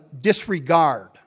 disregard